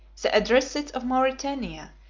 the edrissites of mauritania,